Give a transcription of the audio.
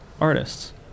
artists